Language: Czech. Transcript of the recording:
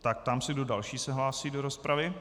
Tak ptám se, kdo další se hlásí do rozpravy.